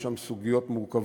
יש שם סוגיות מורכבות,